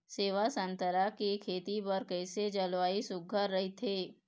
सेवा संतरा के खेती बर कइसे जलवायु सुघ्घर राईथे?